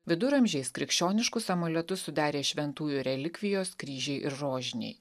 viduramžiais krikščioniškus amuletus sudarė šventųjų relikvijos kryžiai ir rožiniai